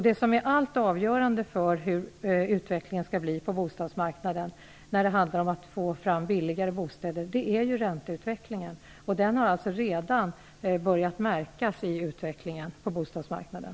Det som är alldeles avgörande för hur det skall bli på bostadsmarknaden när det gäller att få fram billiga bostäder är ränteutvecklingen. Den har redan börjat märkas på bostadsmarknaden.